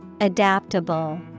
Adaptable